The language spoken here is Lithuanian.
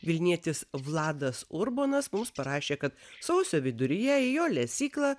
vilnietis vladas urbonas mums parašė kad sausio viduryje į jo lesyklą